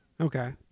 Okay